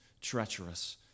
treacherous